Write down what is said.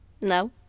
No